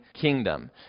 kingdom